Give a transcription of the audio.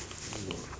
don't know